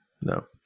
no